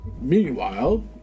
Meanwhile